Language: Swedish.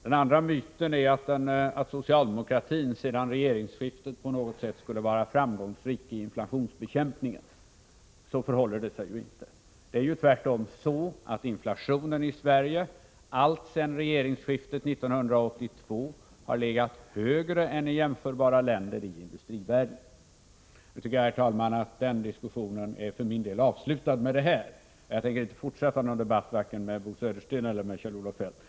Den andra myten är att socialdemokratin sedan regeringsskiftet på något sätt skulle varit framgångsrik i inflationsbekämpningen. Så förhåller det sig inte. Inflationen i Sverige har tvärtom alltsedan regeringsskiftet 1982 legat högre än i jämförbara länder i industrivärlden. Nu, herr talman, är den diskussionen för min del avslutad med detta. Jag tänker inte fortsätta någon debatt — varken med Bo Södersten eller med Kjell-Olof Feldt.